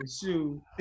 shoe